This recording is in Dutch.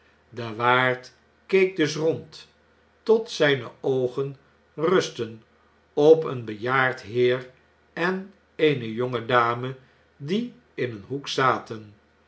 de waard keek dus rond tot zjjne oogen rustten op een bejaard heer en eene jonge dame die in een hoek zaten